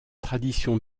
tradition